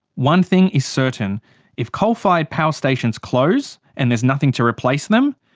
one thing is certain if coal-fired power stations close, and there's nothing to replace them,